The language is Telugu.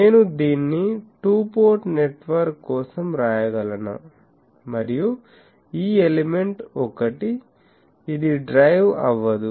నేను దీన్ని టు పోర్ట్ నెట్వర్క్ కోసం వ్రాయగలనా మరియు ఈ ఎలిమెంట్ 1 ఇది డ్రైవ్ అవ్వదు